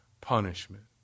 punishment